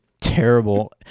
terrible